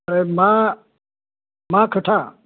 आरे मा मा खोथा